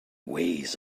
ways